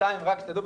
רק תדעו,